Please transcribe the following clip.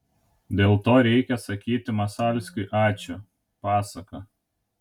dėl to reikia sakyti masalskiui ačiū pasaka